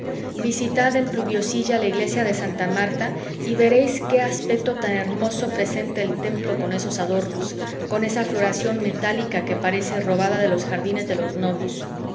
visitad en pluviosilla la iglesia de santa marta y veréis qué aspecto tan hermoso presenta el templo con esos adornos con esa floración metálica que parece robada de los jardines de los gnomos